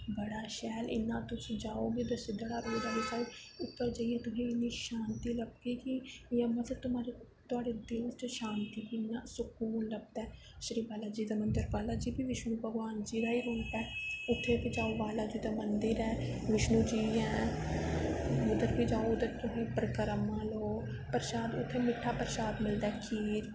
बड़ा शैल तुस जाई नी सिध्दड़ा आह्ली साईड उप्पर जाइयै इन्नी शांती मिलदी तोआढ़े दिन च शांती सकून लब्भदा ऐ बाला जी दे मन्दर बाला जी बी शिव जी दे रूप ऐ उत्थें बाला जी दा मन्दर ऐ बिशनू जी ऐ उद्धर जाओ तुस परिकरमां लो उत्थै मिट्ठा परशाद मिलदा ऐ खीर